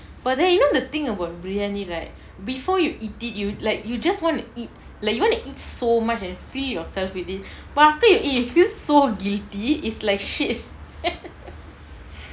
but then you know the thing about briyani right before you eat it you like you just want to eat like you want eat so much and fill yourself with it but after you eat you feel so guilty is like shit